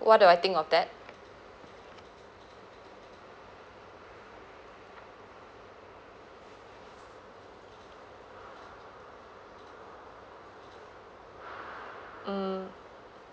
what do I think of that mm